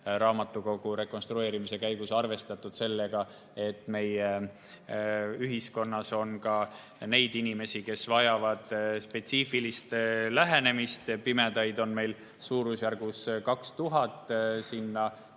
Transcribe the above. raamatukogu rekonstrueerimise käigus arvestatud sellega, et meie ühiskonnas on ka neid inimesi, kes vajavad spetsiifilist lähenemist. Pimedaid on meil suurusjärgus 2000, sinna